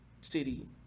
city